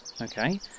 Okay